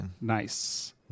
Nice